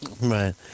Right